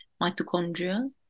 mitochondria